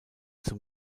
zum